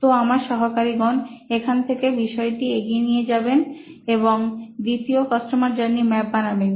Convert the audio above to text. তো আমার সাহাকারীগণ এখান থেকে বিষয়টি এগিয়ে নিয়ে যাবেন এবং দ্বিতীয় কাস্টমার জার্নি ম্যাপ বানাবেন